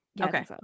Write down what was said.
Okay